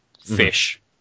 fish